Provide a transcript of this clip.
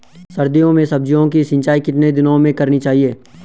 सर्दियों में सब्जियों की सिंचाई कितने दिनों में करनी चाहिए?